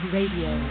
Radio